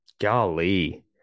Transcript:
Golly